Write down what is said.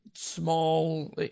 small